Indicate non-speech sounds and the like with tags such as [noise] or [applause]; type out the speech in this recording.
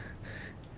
[laughs]